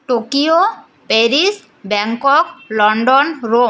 Tokyo Paris Bangkok London Rome